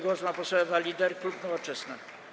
Głos ma poseł Ewa Lieder, klub Nowoczesna.